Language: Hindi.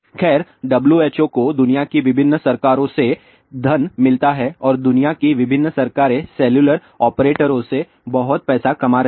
खैर WHO को दुनिया की विभिन्न सरकारों से धन मिलता है और दुनिया की विभिन्न सरकारें सेलुलर ऑपरेटरों से बहुत पैसा कमा रही हैं